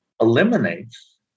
eliminates